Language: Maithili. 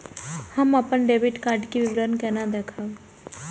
हम अपन डेबिट कार्ड के विवरण केना देखब?